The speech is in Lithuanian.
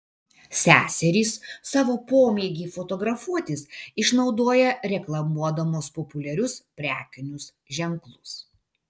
seserys savo pomėgį fotografuotis išnaudoja reklamuodamos populiarius prekinius ženklus